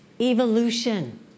Evolution